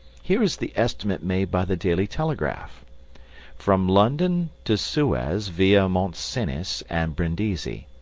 here is the estimate made by the daily telegraph from london to suez via mont cenis and brindisi,